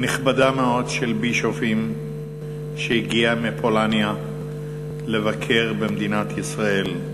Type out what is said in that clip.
נכבדה מאוד של בישופים שהגיעה מפולין לבקר במדינת ישראל.